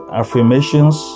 affirmations